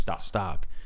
stock